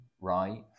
right